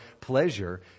pleasure